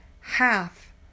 half